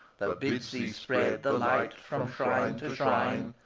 that bids thee spread the light from shrine to shrine,